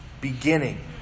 beginning